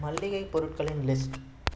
மளிகை பொருட்களின் லிஸ்ட்